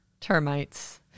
termites